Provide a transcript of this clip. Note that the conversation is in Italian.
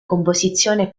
composizione